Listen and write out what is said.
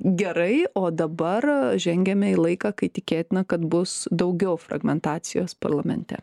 gerai o dabar žengiame į laiką kai tikėtina kad bus daugiau fragmentacijos parlamente